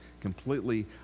completely